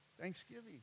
Thanksgiving